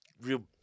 real